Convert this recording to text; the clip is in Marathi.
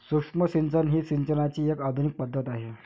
सूक्ष्म सिंचन ही सिंचनाची एक आधुनिक पद्धत आहे